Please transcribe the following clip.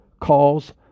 calls